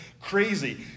crazy